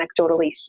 anecdotally